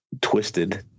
twisted